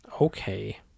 okay